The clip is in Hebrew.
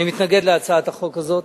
אני מתנגד להצעת החוק הזאת.